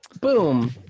Boom